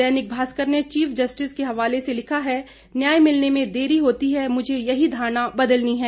दैनिक भास्कर ने chief justice के हवाले से लिखा है न्याय मिलने में देर होती है मुझे यही धारणा बदलनी है